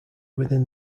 within